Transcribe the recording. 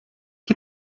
que